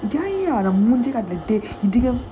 ya ya ya அவன் மூஞ்சிக்கு அப்டி:avan moonjikku apdi